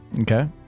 Okay